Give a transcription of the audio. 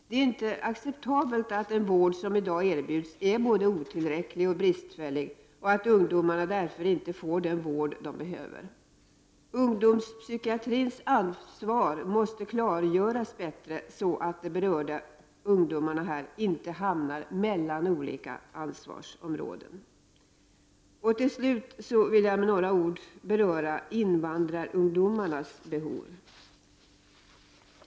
Det är inte acceptabelt att den vård som i dag er bjuds är både otillräcklig och bristfällig och att ungdomarna därför inte får den vård de behöver. Ungdomspsykiatrins ansvar måste klargöras bättre, så att de berörda ungdomarna inte hamnar mellan olika ansvarsområden. Till slut vill jag med några ord ta upp invandrarungdomarnas behov.